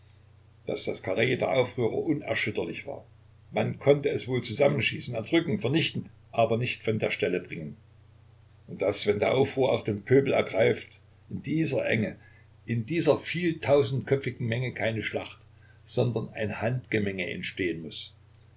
daß das karree der aufrührer unerschütterlich war man konnte es wohl zusammenschießen erdrücken vernichten aber nicht von der stelle bringen und daß wenn der aufruhr auch den pöbel ergreift in dieser enge in der vieltausendköpfigen menge keine schlacht sondern ein handgemenge entstehen muß